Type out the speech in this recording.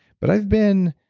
but i've been,